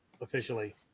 officially